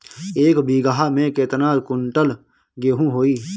एक बीगहा में केतना कुंटल गेहूं होई?